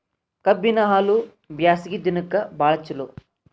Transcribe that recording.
ಕಬ್ಬಿನ ಹಾಲು ಬ್ಯಾಸ್ಗಿ ದಿನಕ ಬಾಳ ಚಲೋ